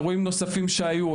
אירועים נוספים שהיו,